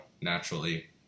naturally